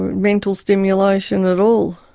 mental stimulation at all.